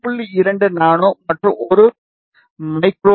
2 nano மற்றும் இது 1 micro ஆகும்